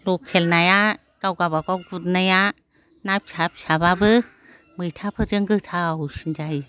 लकेल नाया गावगाबाव गुरनाया ना फिसा फिसाब्लाबो मैथाफोरजों गोथावसिन जायो